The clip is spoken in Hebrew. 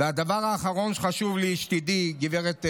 והדבר האחרון שחשוב לי שתדעי, גב' יסמין,